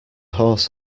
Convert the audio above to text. horse